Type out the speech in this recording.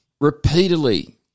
repeatedly